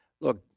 look